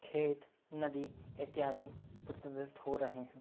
खेत नदी इत्यादि प्रदूषित हो रहे हैं